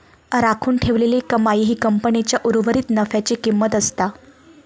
राखून ठेवलेली कमाई ही कंपनीच्या उर्वरीत नफ्याची किंमत असता